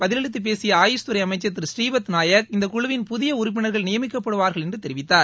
பதிலளித்து பேசிய ஆயுஷ்துறை அமைச்சர் திரு புரீபத் நாயக் இந்தக்குழவில் புதிய உறப்பினர்கள் நியமிக்கப்படுவார்கள் என்று தெரிவித்தார்